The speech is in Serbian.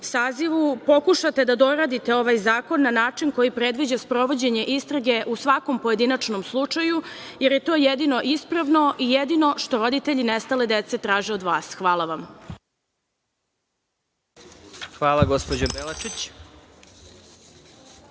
sazivu pokušate da doradite ovaj zakon na način koji predviđa sprovođenje istrage u svakom pojedinačnom slučaju, jer je to jedino ispravno i jedino što roditelji nestale dece traže od vas. Hvala. **Vladimir